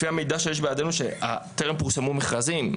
לפי המידע שיש בידינו טרם פורסמו מכרזים,